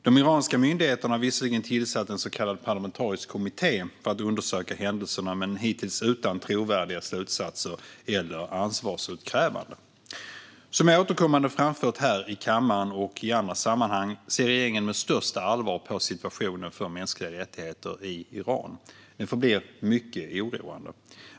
De iranska myndigheterna har visserligen tillsatt en så kallad parlamentarisk kommitté för att undersöka händelserna, men hittills utan trovärdiga slutsatser eller ansvarsutkrävande. Som jag återkommande framfört här i kammaren och i andra sammanhang, ser regeringen med största allvar på situationen för mänskliga rättigheter i Iran. Den förblir mycket oroande.